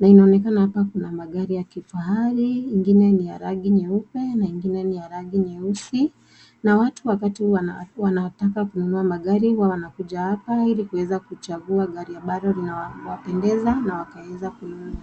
na inaonekana hapa kuna magari ya kifahari, ingine ni ya rangi nyeupe na ingine ni ya rangi nyeusi, na watu wakati wanataka kununa magari huwa wanakuja hapa ili kuweza kuchagua gari ambalo inawependeza na wakaweza kununua.